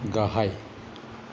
गाहाय